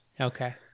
Okay